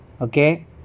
okay